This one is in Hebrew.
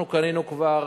אנחנו קנינו כבר